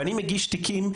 ואני מגיש תיקים,